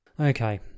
okay